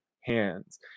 hands